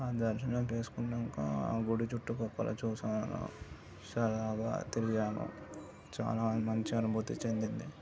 ఆ దర్శనం చేసుకున్నాక ఆ గుడి చుట్టుపక్కల చూశాను సరదాగా తిరిగాను చాలా మంచి అనుభూతి చెందింది